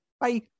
Bye